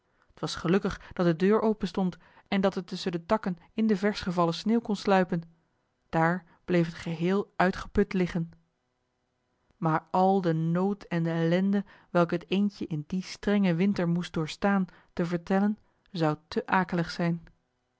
t was gelukkig dat de deur openstond en dat het tusschen de takken in de versch gevallen sneeuw kon sluipen daar bleef het geheel uitgeput liggen maar al den nood en de ellende welke het eendje in dien strengen winter moest doorstaan te vertellen zou te akelig zijn